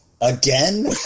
Again